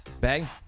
Bang